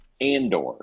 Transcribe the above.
Andor